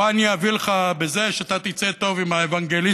בוא, אני אביא לזה שאתה תצא טוב עם האוונגליסטים,